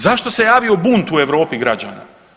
Zašto se javio bunt u Europi građana?